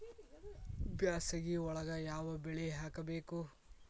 ಬ್ಯಾಸಗಿ ಒಳಗ ಯಾವ ಬೆಳಿ ಹಾಕಬೇಕು?